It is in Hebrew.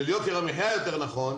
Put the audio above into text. של יוקר המחיה יותר נכון,